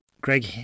Greg